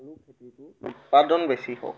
আলু খেতিটো উৎপাদন বেছি হওক